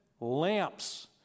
lamps